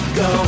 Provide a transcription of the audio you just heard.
go